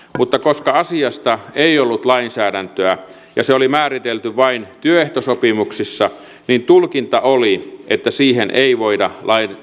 mutta koska asiasta ei ollut lainsäädäntöä ja se oli määritelty vain työehtosopimuksissa niin tulkinta oli että siihen ei voida